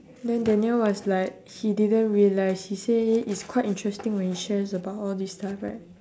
then daniel was like he didn't realise he say it's quite interesting when she shares about all these stuff right